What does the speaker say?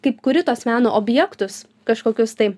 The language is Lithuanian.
kaip kuri tuos meno objektus kažkokius tai